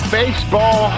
baseball